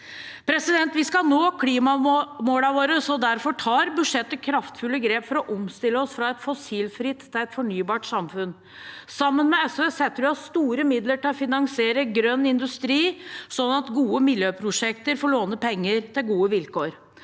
ventetidene. Vi skal nå klimamålene våre. Derfor tar vi i budsjettet kraftfulle grep for å omstille oss fra et fossilt til et fornybart samfunn. Sammen med SV setter vi av store midler til å finansiere grønn industri, slik at gode miljøprosjekter får låne penger med gode vilkår.